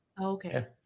okay